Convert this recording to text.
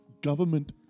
government